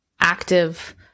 active